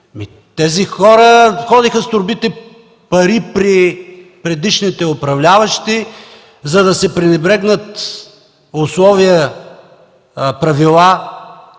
Тези хора ходиха с торбите си с пари при предишните управляващи, за да се пренебрегнат условия, правила,